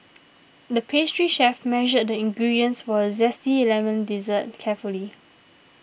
the pastry chef measured the ingredients for a Zesty Lemon Dessert carefully